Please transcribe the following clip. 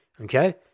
okay